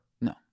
No